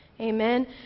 Amen